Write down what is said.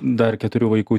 dar keturių vaikų